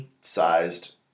sized